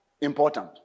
important